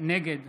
נגד